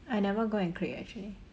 I never go and click actually